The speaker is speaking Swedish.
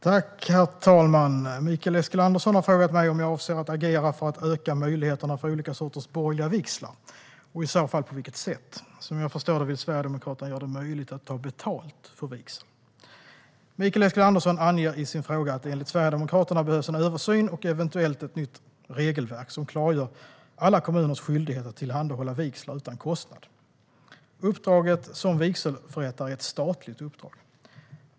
Herr talman! Mikael Eskilandersson har frågat mig om jag avser att agera för att öka möjligheterna för olika sorters borgerliga vigslar och i så fall på vilket sätt. Som jag förstår det vill Sverigedemokraterna göra det möjligt att ta betalt för vigsel. Mikael Eskilandersson anger i sin fråga att det enligt Sverigedemokraterna behövs en översyn och eventuellt ett nytt regelverk som klargör alla kommuners skyldighet att tillhandahålla vigslar utan kostnad. Uppdraget som vigselförrättare är ett statligt uppdrag.